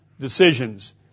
decisions